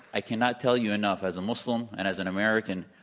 i cannot tell you enough, as a muslim and as an american,